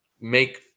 make